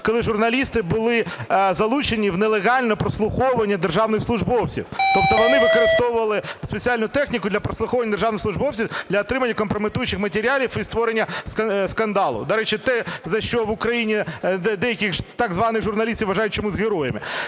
коли журналісти були залучені в нелегальне прослуховування державних службовців. Тобто вони використовували спеціальну техніку для прослуховування державних службовців для отримання компрометуючих матеріалів і створення скандалу. До речі, те, за що в Україні деяких так званих журналістів вважають чомусь героями.